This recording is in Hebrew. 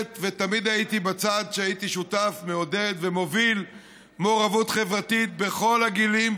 תמיד הייתי בצד ששותף מעודד ומוביל מעורבות חברתית בכל הגילים,